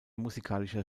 musikalischer